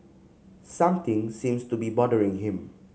something seems to be bothering him